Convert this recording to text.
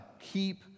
Keep